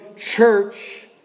Church